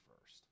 first